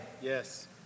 Yes